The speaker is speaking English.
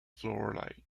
fluoride